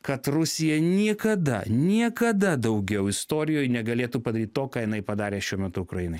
kad rusija niekada niekada daugiau istorijoj negalėtų padaryt to ką jinai padarė šiuo metu ukrainai